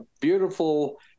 beautiful